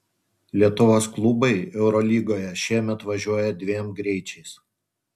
lietuvos klubai eurolygoje šiemet važiuoja dviem greičiais